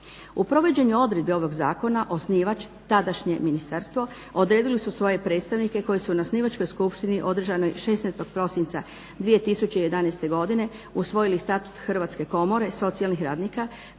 U provođenju odredbi ovog Zakona osnivač tadašnje ministarstvo odredili su svoje predstavnike koji su na osnivačkoj skupštini održanoj 16. prosinca 2011. godine usvojili Statut Hrvatske komore socijalnih radnika,